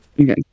Okay